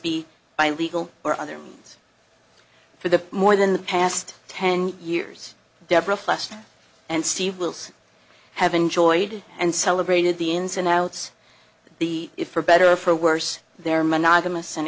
be by legal or other means for the more than the past ten years deborah flushed and steve wilson have enjoyed and celebrated the ins and outs be it for better or for worse their monogamous and